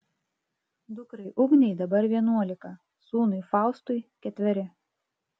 dukrai ugnei dabar vienuolika sūnui faustui ketveri